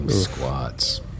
squats